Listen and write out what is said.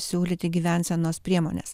siūlyti gyvensenos priemones